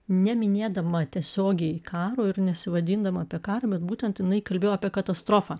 neminėdama tiesiogiai karo ir nesivadindama apie karą bet būtent jinai kalbėjo apie katastrofą